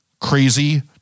crazy